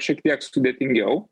šiek tiek sudėtingiau